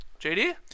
JD